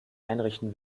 einrichten